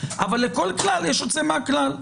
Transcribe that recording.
אבל לכל כלל יש יוצא מהכלל.